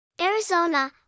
Arizona